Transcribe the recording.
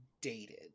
dated